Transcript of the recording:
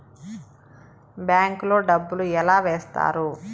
bank లో డబ్బులు ఎలా వేస్తారు